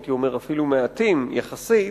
הייתי אומר אפילו מעטים יחסית,